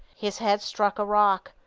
his head struck a rock,